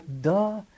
duh